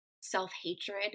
self-hatred